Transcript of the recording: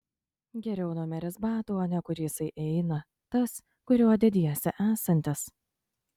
geriau numeris batų o ne kur jisai eina tas kuriuo dediesi esantis